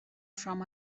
from